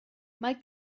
mae